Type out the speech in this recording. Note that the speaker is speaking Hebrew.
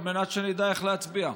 על מנת שנדע איך להצביע.